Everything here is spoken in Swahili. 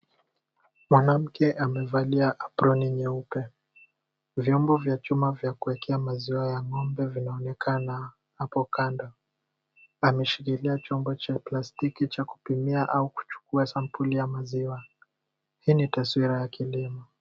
Mwanamke amevalia aproni nyeupe. Vyombo vya chuma vya kuwekea maziwa ya ng'ombe vinaonekana hapo kando. Ameshikilia chombo cha plastiki cha kupimia au kuchukua sampuli ya maziwa. Hii ni taswira ya kilimo.